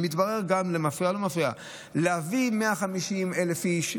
להביא 150,000 איש,